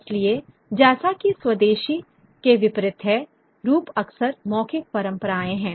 इसलिए जैसा कि स्वदेशी के विपरीत है रूप अक्सर मौखिक परंपराएं हैं